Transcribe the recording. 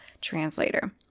translator